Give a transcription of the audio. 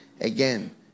again